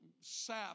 sap